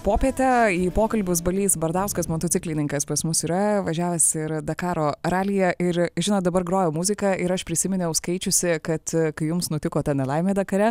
popietę į pokalbius balys bardauskas motociklininkas pas mus yra važiavęs ir dakaro ralyje ir žinot dabar grojo muzika ir aš prisiminiau skaičiusi kad kai jums nutiko ta nelaimė dakare